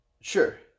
Sure